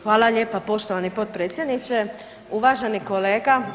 Hvala lijepo poštovani potpredsjedniče, uvaženi kolega.